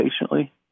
patiently